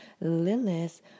Lilith